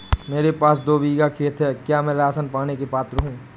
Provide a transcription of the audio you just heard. मेरे पास दो बीघा खेत है क्या मैं राशन पाने के लिए पात्र हूँ?